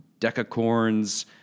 decacorns